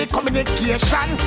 Communication